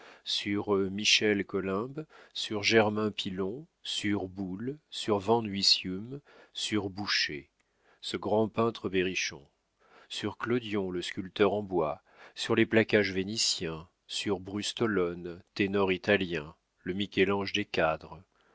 sur michel columb sur germain pilon sur boulle sur van huysium sur boucher ce grand peintre berrichon sur clodion le sculpteur en bois sur les placages vénitiens sur brustolone ténor italien le michel-ange des cadres